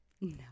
No